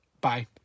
Bye